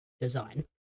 design